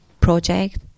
project